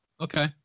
okay